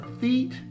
feet